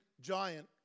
giant